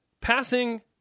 passing